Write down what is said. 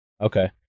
Okay